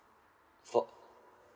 for